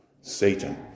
Satan